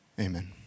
Amen